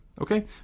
okay